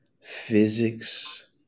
physics